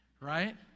right